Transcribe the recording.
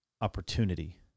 opportunity